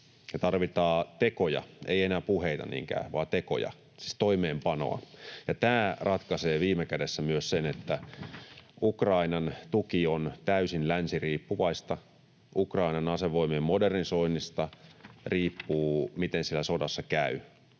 tarvitaan tekoja, ei enää puheita niinkään vaan tekoja, siis toimeenpanoa, ja tämä ratkaisee viime kädessä myös sen, että Ukrainan tuki on täysin länsiriippuvaista. Ukrainan asevoimien modernisoinnista riippuu, miten siinä sodassa käy,